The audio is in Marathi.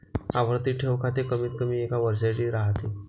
आवर्ती ठेव खाते कमीतकमी एका वर्षासाठी राहते